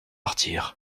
partir